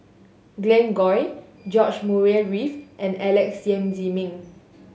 Glen Goei George Murray Reith and Alex Yam Ziming